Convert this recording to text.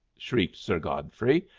shrieked sir godfrey,